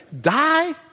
die